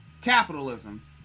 Capitalism